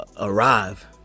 arrive